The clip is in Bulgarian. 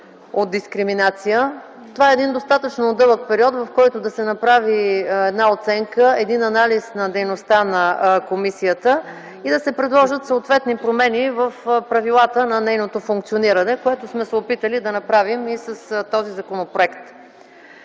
от дискриминация. Това е достатъчно дълъг период, през който да се направи оценка, анализ за дейността на комисията и да се предложат промени в правилата на нейното функциониране, което сме се опитали да направим с този законопроект.